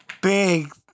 big